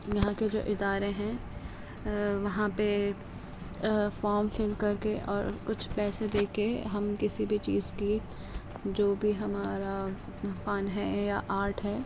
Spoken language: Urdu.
یہاں کے جو ادارے ہیں وہاں پہ فارم فل کر کے اور کچھ پیسے دے کے ہم کسی بھی چیز کی جو بھی ہمارا فن ہے یا آرٹ ہے